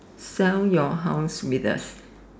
sell your house with us